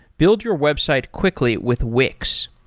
build your website quickly with wix.